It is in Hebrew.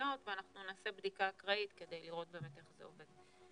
פניות ואנחנו נעשה בדיקה אקראית כדי לראות באמת איך זה עובד.